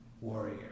warrior